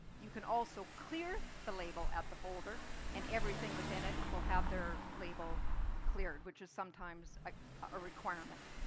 you can also clear the label at the folder and everything within it will have their label cleared, which is sometimes a retirement.